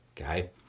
Okay